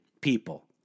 people